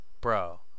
bro